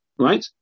Right